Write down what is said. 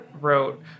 wrote